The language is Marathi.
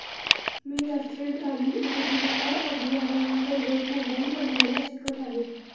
मी राष्ट्रीय ग्रामीण उपजीविका अभियानांतर्गत मोबाईल बनवायला शिकत आहे